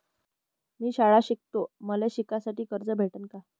मी शाळा शिकतो, मले शिकासाठी कर्ज भेटन का?